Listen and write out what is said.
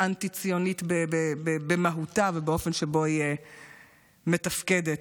אנטי-ציונית במהותה ובאופן שבו היא מתפקדת.